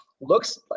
looks